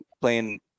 playing